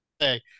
okay